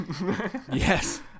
Yes